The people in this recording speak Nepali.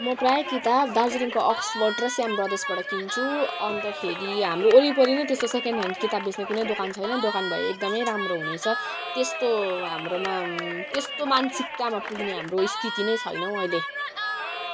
म प्रायः किताब दार्जिलिङको अक्सफोर्ड र श्याम ब्रदर्सबाट किन्छु अन्तखेरि हाम्रो वरिपरि नै त्यस्तो सेकेन्ड ह्यान्ड किताब बेच्ने कुनै दोकान छैन दोकान भए एकदमै राम्रो हुनेछ त्यस्तो हाम्रोमा त्यस्तो मानसिकतामा पुग्ने हाम्रो स्थिति नै छैन हौ अहिले